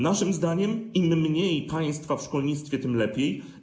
Naszym zdaniem im mniej państwa w szkolnictwie, tym lepiej.